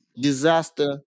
Disaster